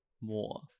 more